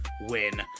win